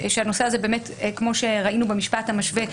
כמו ראינו במשפט המשווה,